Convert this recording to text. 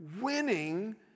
winning